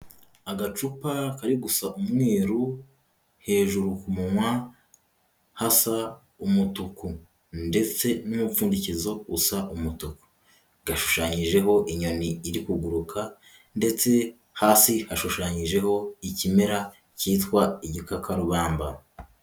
Agacupa kari gusa umweru, hejuru ku munwa hasi umutuku ndetse n'umupfundikizo usa umutuku, gashushanyijeho inyoni iri kuguruka ndetse hafi ashushanyijeho ikimera cyitwa igikakarubamba.